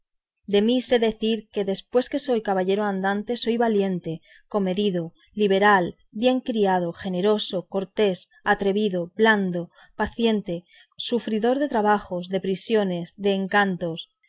de mí sé decir que después que soy caballero andante soy valiente comedido liberal bien criado generoso cortés atrevido blando paciente sufridor de trabajos de prisiones de encantos y